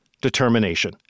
determination